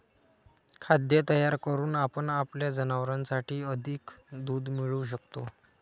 खाद्य तयार करून आपण आपल्या जनावरांसाठी अधिक दूध मिळवू शकतो